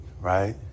right